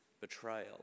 betrayal